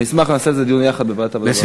נשמח לעשות את זה יחד בדיון בוועדת העבודה והרווחה.